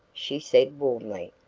she said warmly.